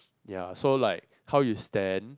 ya so like how you stand